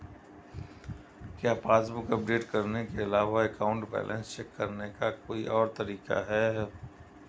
क्या passbook update करने के अलावा अकाउंट बैलेंस चेक करने का कोई और तरीका है?